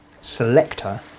selector